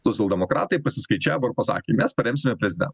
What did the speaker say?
socialdemokratai pasiskaičiavo ir pasakė mes paremsime prezidentą